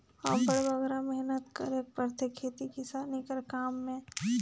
अब्बड़ बगरा मेहनत करेक परथे खेती किसानी कर काम में